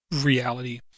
reality